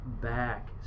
back